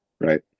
Right